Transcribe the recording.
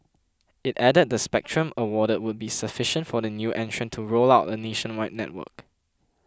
it added the spectrum awarded would be sufficient for the new entrant to roll out a nationwide network